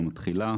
יום התחילה),